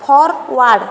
forward